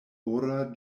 ora